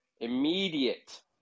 immediate